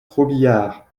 robiliard